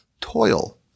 toil